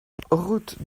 route